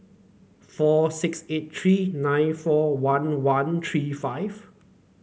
four six eight three nine four one one three five